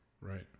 Right